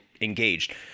engaged